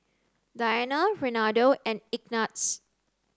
Diana Renaldo and Ignatz